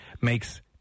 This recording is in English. makes